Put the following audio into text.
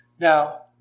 Now